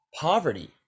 poverty